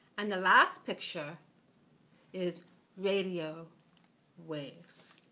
and the last picture is radio waves.